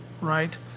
right